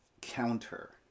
counter-